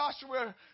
Joshua